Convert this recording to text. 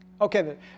Okay